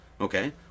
Okay